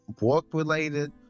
work-related